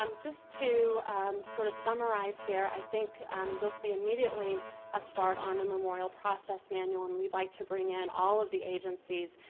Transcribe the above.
um just to sort of summarize here, i think you'll see immediately a start on the memorial process manual, and we'd like to bring in all of the agencies,